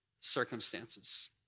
circumstances